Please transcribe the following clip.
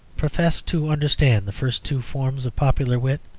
professed to understand the first two forms of popular wit,